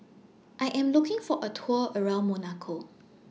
I Am looking For A Tour around Monaco